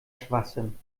schwachsinn